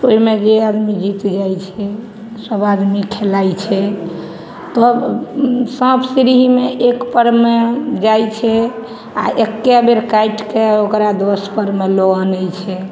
ओइमे जे आदमी जीत जाइ छै सभ आदमी खेलाइ छै तब साँप सीढ़ीमे एकपर मे जाइ छै आओर एके बेर काटिके ओकरा दसपर मे लअ आनय छै